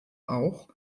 auch